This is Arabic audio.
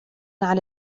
على